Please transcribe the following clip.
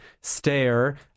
stare